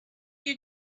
you